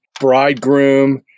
bridegroom